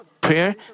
prayer